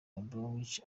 bromwich